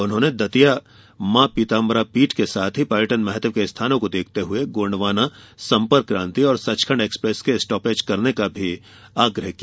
उन्होंने दतिया मॉ पीताम्बरा पीठ के साथ ही पर्यटन महत्व के अन्य स्थानों को देखते हुए गोंडवाना संपर्क कांति और सचखंड एक्सप्रेस के स्टापेज करने का आग्रह किया